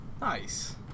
nice